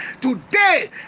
Today